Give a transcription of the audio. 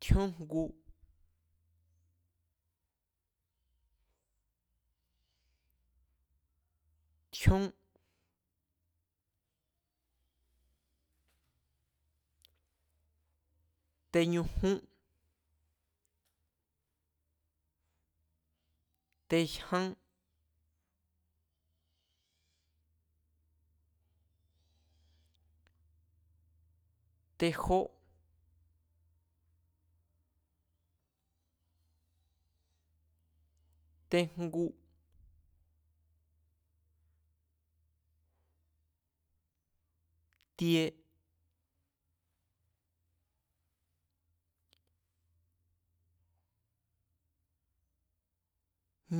Tjíónjngu, tjíón, teñujún, tejyán, tejó, tejngu, ti̱e̱,